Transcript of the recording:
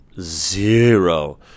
zero